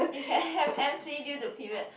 you can have m_c due to period